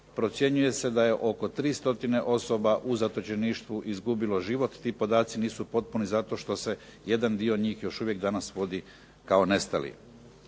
procjenjuje se da je oko 300 osoba u zatočeništvu izgubilo život, ti podaci nisu potpuni zato što se jedan dio njih još danas vodi kao nestalih.